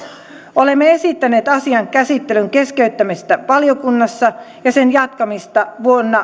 olemme esittäneet asian käsittelyn keskeyttämistä valiokunnassa ja sen jatkamista vuoden